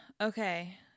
Okay